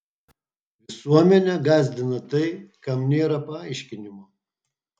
visuomenę gąsdina tai kam nėra paaiškinimo